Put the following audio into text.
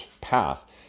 path